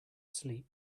sleep